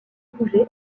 bougé